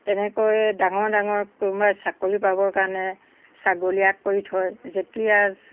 তেনেকৈ ডাঙৰ ডাঙৰ কোনোবাই চাকৰি পাবৰ কাৰণে ছাগলী আগ কৰি থয় যেতিয়া